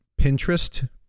Pinterest